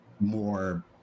More